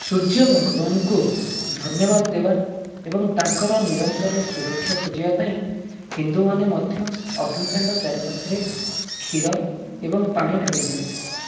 ସୂର୍ଯ୍ୟ ଭଗବାନଙ୍କୁ ଧନ୍ୟବାଦ ଦେବା ଏବଂ ତାଙ୍କର ନିରନ୍ତର ସୁରକ୍ଷା ଖୋଜିବା ପାଇଁ ହିନ୍ଦୁମାନେ ମଧ୍ୟ ଅଗ୍ନିକାଣ୍ଡ ଚାରିପାଖରେ କ୍ଷୀର ଏବଂ ପାଣି ଢାଳି ଦିଅନ୍ତି